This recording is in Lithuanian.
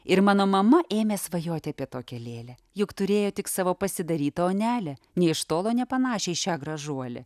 ir mano mama ėmė svajoti apie tokią lėlę juk turėjo tik savo pasidarytą onelę nė iš tolo nepanašią į šią gražuolę